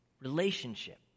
Relationship